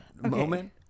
moment